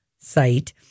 site